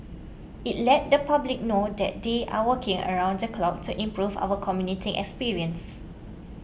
it lets the public know that they are working around the clock to improve our commuting experience